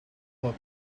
her